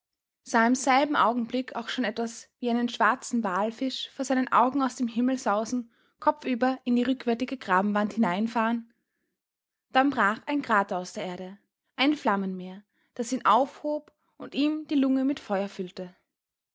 sah im selben augenblick auch schon etwas wie einen schwarzen walfisch vor seinen augen aus dem himmel sausen kopfüber in die rückwärtige grabenwand hineinfahren dann brach ein krater aus der erde ein flammenmeer das ihn aufhob und ihm die lunge mit feuer füllte